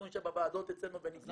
אנחנו נשב בוועדות אצלנו ו --- אז